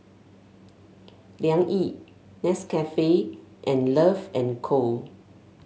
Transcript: Liang Yi Nescafe and Love and Co